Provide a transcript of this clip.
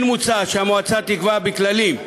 כן מוצע שהמועצה תקבע בכללים,